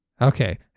Okay